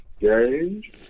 Change